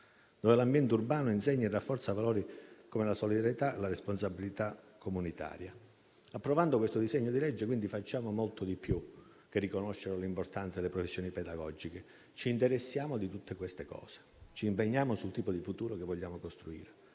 l'ambiente urbano insegna e rafforza valori come la solidarietà e la responsabilità comunitaria. Approvando il presente disegno di legge, quindi, facciamo molto di più che riconoscere l'importanza delle professioni pedagogiche: ci interessiamo di tutte queste cose, ci impegniamo sul tipo di futuro che vogliamo costruire;